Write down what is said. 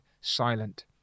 silent